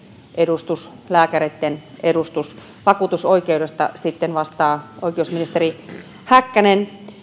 edustus lääkäreitten edustus vakuutusoikeudesta sitten vastaa oikeusministeri häkkänen